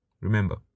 Remember